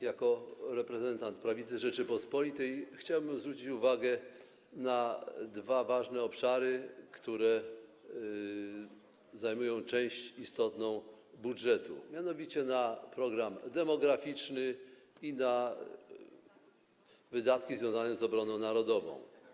Jako reprezentant Prawicy Rzeczypospolitej chciałbym zwrócić uwagę na dwa ważne obszary, które stanowią istotną część budżetu, mianowicie na program demograficzny i na wydatki związane z obroną narodową.